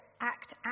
act